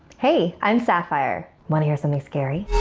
hey, i'm sapphire. wanna hear something scary?